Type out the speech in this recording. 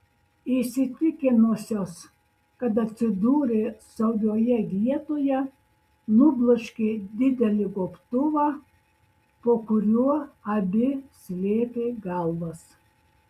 įsitikinusios kad atsidūrė saugioje vietoje nubloškė didelį gobtuvą po kuriuo abi slėpė galvas